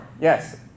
yes